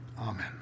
Amen